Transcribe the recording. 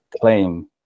claim